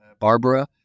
barbara